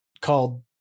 called